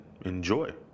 enjoy